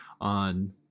on